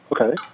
Okay